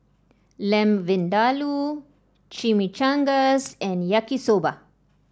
Lamb Vindaloo Chimichangas and Yaki Soba